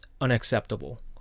unacceptable